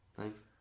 Thanks